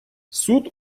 суд